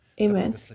amen